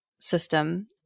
System